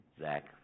Zach